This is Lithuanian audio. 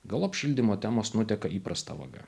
galop šildymo temos nuteka įprasta vaga